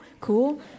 Cool